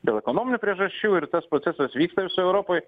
dėl ekonominių priežasčių ir tas procesas vyksta visoj europoj